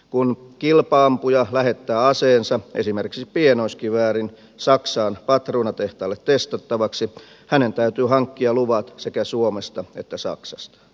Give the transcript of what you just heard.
kun kilpa ampuja lähettää aseensa esimerkiksi pienoiskiväärin saksaan patruunatehtaalle testattavaksi hänen täytyy hankkia luvat sekä suomesta että saksasta